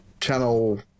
channel